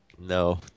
No